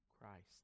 Christ